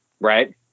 right